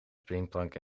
springplank